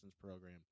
program